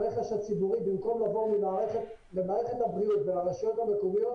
הרכש הציבורי במקום לעבור למערכת הבריאות ולרשויות המקומיות,